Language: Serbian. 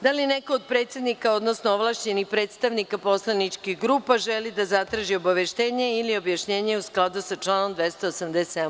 Da li neko od predsednika, odnosno ovlašćenih predstavnika poslaničkih grupa želi da zatraži obaveštenje ili objašnjenje u skladu sa članom 287.